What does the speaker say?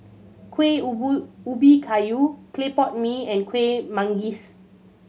kuih ubi kayu clay pot mee and Kueh Manggis